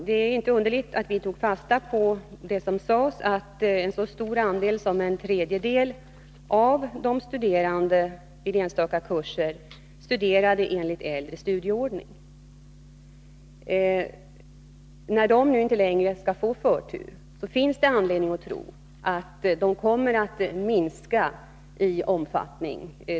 Det är inte underligt att vi tog fasta på vad som sagts, att en så stor andel som en tredjedel av de studerande på enstaka kurser studerade enligt äldre studieordning. Eftersom dessa inte längre skall få förtur, finns det anledning att tro att den studerandegruppen kommer att minska i omfattning.